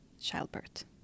childbirth